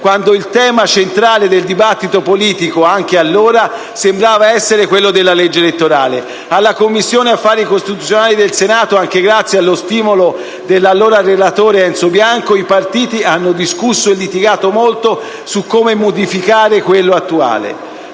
quando il tema centrale del dibattito politico, anche allora, sembrava essere quello della legge elettorale. Alla Commissione affari costituzionali del Senato, anche grazie allo stimolo dell'allora presidente Enzo Bianco, i partiti hanno discusso e litigato molto su come modificare quella attuale.